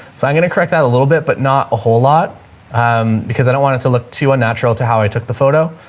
so i'm going to correct that a little bit, but not a whole lot um because i don't want it to look too unnatural to how i took the photo.